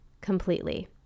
completely